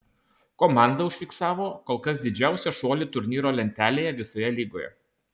komanda užfiksavo kol kas didžiausią šuolį turnyro lentelėje visoje lygoje